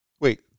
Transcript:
Wait